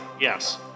Yes